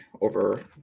over